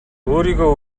өөрийгөө